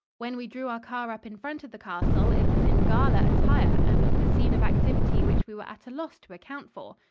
when we drew our car up in front of the castle it was in gala attire and was the scene of activity which we were at a loss to account for.